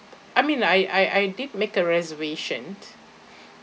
I mean I I I did make a reservation